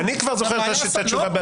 סליחה, אני כבר זוכר את התשובה.